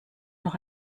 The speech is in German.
noch